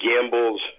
gambles